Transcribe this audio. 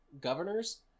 governors